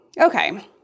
okay